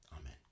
Amen